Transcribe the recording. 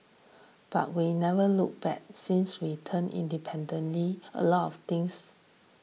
but we never looked back since we turned independently a lot of things